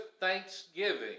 thanksgiving